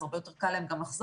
אז הרבה יותר קל להן גם לחזור,